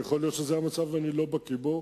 ויכול להיות שזה המצב ואני לא בקי בו,